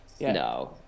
no